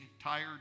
tired